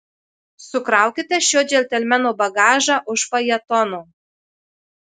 sukraukite šio džentelmeno bagažą už fajetono